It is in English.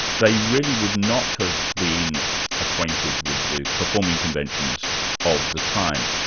they really would not have been acquainted with the performing conventions of the time,